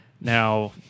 Now